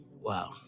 Wow